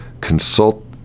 consult